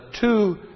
two